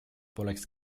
poleks